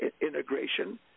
integration